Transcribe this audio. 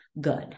good